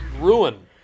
ruin